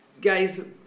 guys